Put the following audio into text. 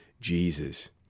Jesus